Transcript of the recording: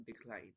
decline